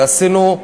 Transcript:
ועשינו,